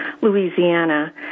louisiana